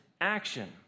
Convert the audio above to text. action